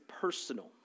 personal